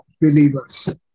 believers